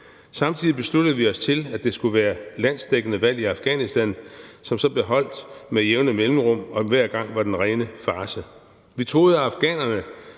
Samtidig besluttede vi os til, at der skulle være landsdækkende valg i Afghanistan, som så blev holdt med jævne mellemrum og hver gang var den rene farce. Vi troede, at afghanerne